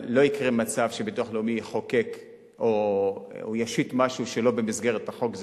אבל לא יקרה מצב שהביטוח הלאומי יחוקק או ישית משהו שלא במסגרת החוק,